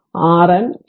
R n 3